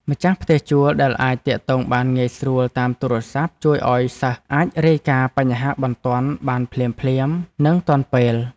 ម្ចាស់ផ្ទះជួលដែលអាចទាក់ទងបានងាយស្រួលតាមទូរស័ព្ទជួយឱ្យសិស្សអាចរាយការណ៍បញ្ហាបន្ទាន់បានភ្លាមៗនិងទាន់ពេល។